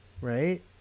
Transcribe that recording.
Right